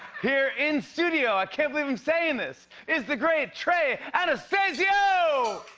here in studio i can't believe i'm saying this is the great trey anastasio!